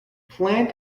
plant